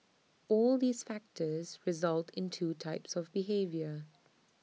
all these factors result in two types of behaviour